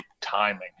timing